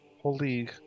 holy